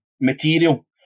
material